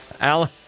Alan